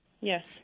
Yes